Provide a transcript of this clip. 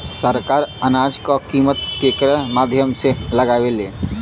सरकार अनाज क कीमत केकरे माध्यम से लगावे ले?